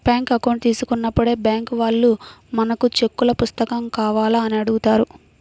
bank account తీసుకున్నప్పుడే bank వాళ్ళు మనకు చెక్కుల పుస్తకం కావాలా అని అడుగుతారు